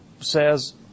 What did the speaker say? says